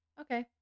okay